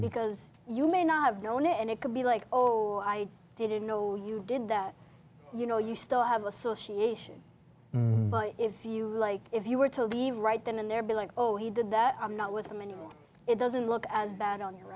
because you may not have known it and it could be like oh i didn't know you did that you know you still have associations if you like if you were to leave right then and there be like oh he did that i'm not with them and it doesn't look as bad on your